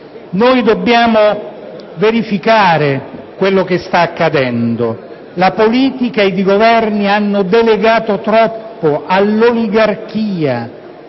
Noi dobbiamo verificare quello che sta accadendo. La politica ed i Governi hanno delegato troppo all'oligarchia,